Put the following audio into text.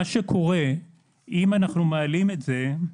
אם אנחנו מעלים את זה,